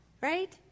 right